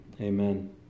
Amen